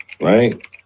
right